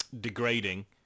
degrading